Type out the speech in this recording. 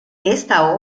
esta